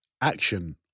action